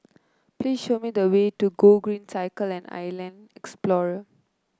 please show me the way to Gogreen Cycle and Island Explorer